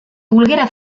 volguera